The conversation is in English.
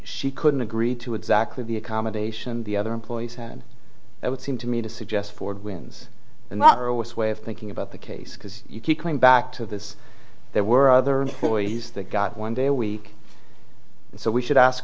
she couldn't agree to exactly the accommodation the other employees had that would seem to me to suggest ford wins in the truest way of thinking about the case because you keep coming back to this there were other stories that got one day a week so we should ask